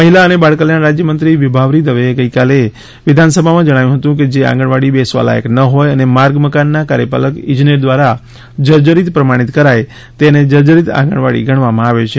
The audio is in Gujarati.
મહિલા અને બાળકલ્યાણ રાજયમંત્રી વિભાવરી દવેએ ગઇકાલે વિધાનસભામાં જણાવ્યું હતું કે જે આંગણવાડી બેસવા લાયક ન હોય અને માર્ગ મકાનના કાર્યપાલક ઇજનેર દ્વારા જર્જરીત પ્રમાણીત કરાય તેને જર્જરીત આંગણવાડી ગણવામાં આવે છે